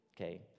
okay